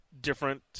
Different